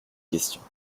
questions